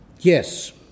yes